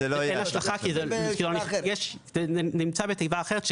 שאין השלכה כי זה נמצא בתיבה אחרת,